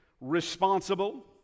responsible